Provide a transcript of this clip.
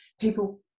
people